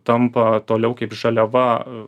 tampa toliau kaip žaliava